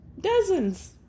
Dozens